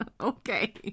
Okay